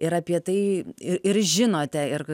ir apie tai ir ir žinote ir